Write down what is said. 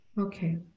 Okay